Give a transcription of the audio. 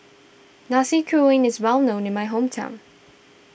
Nasi Kuning is well known in my hometown